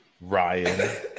Ryan